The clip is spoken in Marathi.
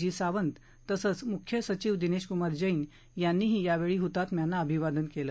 जी सावंत तसंच मुख्य सचिव दिनेशकुमार जैन यांनीही यावेळी हतात्म्यांना अभिवादन केलं